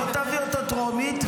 בוא תביא אותו טרומית,